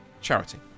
charity